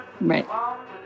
Right